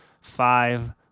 five